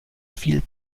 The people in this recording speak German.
viel